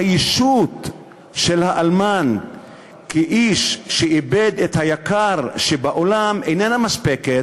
הישות של האלמן כאיש שאיבד את היקר לו בעולם איננה מספקת,